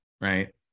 right